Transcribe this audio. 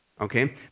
Okay